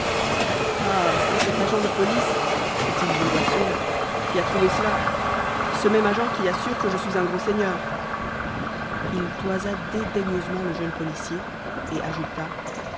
ah c'est cet agent de police fit-il d'une voix sourde qui a trouvé cela ce même agent qui assure que je suis un gros seigneur il toisa dédaigneusement le jeune policier et ajouta